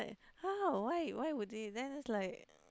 how why why would they then it's like